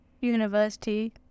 university